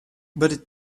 but